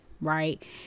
right